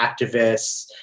activists